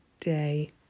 day